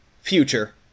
future